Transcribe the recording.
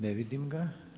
Ne vidim ga.